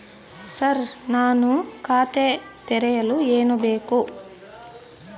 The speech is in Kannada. ಸರ್ ನಾನು ಖಾತೆ ತೆರೆಯಲು ಏನು ಬೇಕು?